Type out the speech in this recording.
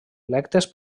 electes